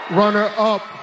runner-up